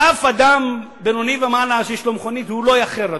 שאף אדם בינוני ומעלה שיש לו מכונית לא יאחר לתור.